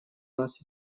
нас